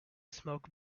smoke